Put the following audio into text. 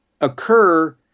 occur